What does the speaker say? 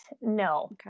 no